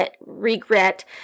regret